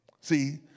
See